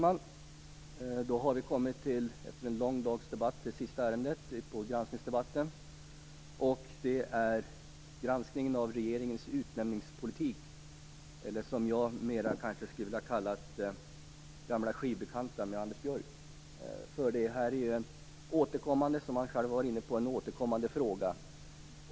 Fru talman! Efter en lång dags debatt har vi kommit till det sista ärendet i granskningsdebatten. Det gäller granskningen av regeringens utnämningspolitik, eller som jag skulle vilja kalla den, gamla skivbekanta med Anders Björck. Detta är nämligen, som han själv var inne på, en återkommande fråga.